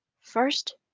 First